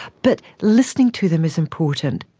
but listening to them is important.